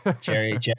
jerry